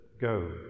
Go